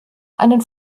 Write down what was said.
einen